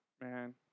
Man